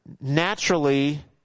naturally